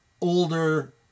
older